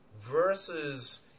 versus